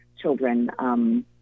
children